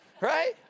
right